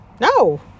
No